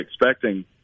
expecting